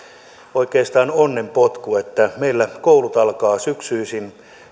oikeastaan onnenpotku se että meillä koulut alkavat syksyisin